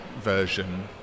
version